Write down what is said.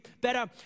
better